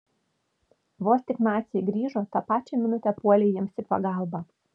vos tik naciai grįžo tą pačią minutę puolei jiems į pagalbą